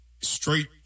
straight